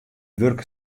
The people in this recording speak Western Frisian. wurk